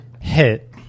hit